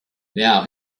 now